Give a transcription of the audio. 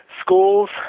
schools